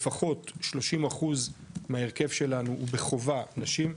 לפחות 30 אחוז מההרכב שלנו הוא בחובה נשים,